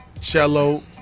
Cello